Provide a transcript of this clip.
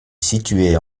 située